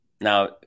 Now